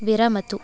विरमतु